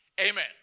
Amen